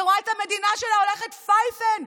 שרואה את המדינה שלה הולכת פייפן,